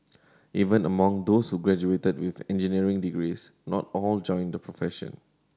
even among those who graduated with engineering degrees not all joined the profession